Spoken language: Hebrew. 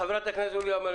חברת הכנסת מלינובסקי, בבקשה.